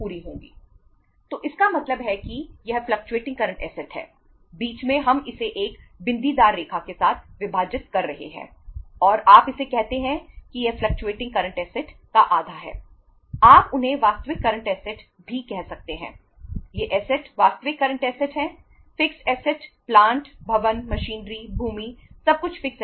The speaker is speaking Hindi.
तो इसका मतलब है कि यह फ्लकचुएटिंग करंट असेट्स